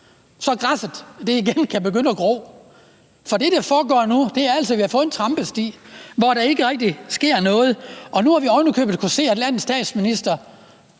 at græsset igen kan begynde at gro. For det, der foregår nu, er altså, at vi har fået en trampesti, hvor der ikke rigtig sker noget. Nu har vi oven i købet kunnet se, at landets statsminister